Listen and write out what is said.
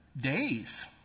days